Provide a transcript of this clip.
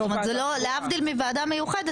להבדיל מוועדה מיוחדת,